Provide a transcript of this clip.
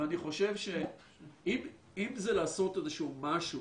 אני חושב שאם זה לעשות איזה שהוא משהו